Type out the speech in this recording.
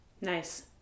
Nice